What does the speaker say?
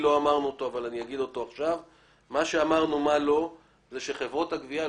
גם ראינו את מה שהוצג לנו כאן לגבי החובות.